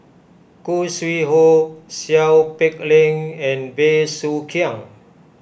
Khoo Sui Hoe Seow Peck Leng and Bey Soo Khiang